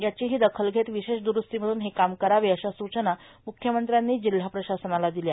याचीही दखल घेत विशेष द्रुस्तीमधून हे काम करावे अशा सूचना म्ख्यमंत्र्यांनी जिल्हा प्रशासनाला दिल्या